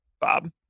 Bob